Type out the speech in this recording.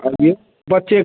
आइए बच्चे